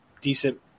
decent